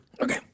Okay